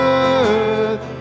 earth